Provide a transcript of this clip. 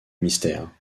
mystère